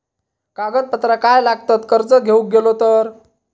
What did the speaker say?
कागदपत्रा काय लागतत कर्ज घेऊक गेलो तर?